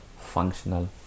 functional